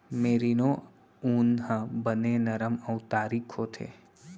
merino ऊन ह बने नरम अउ तारीक होथे